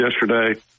yesterday